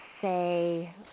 say